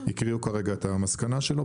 הקריאו כרגע את המסקנה שלו,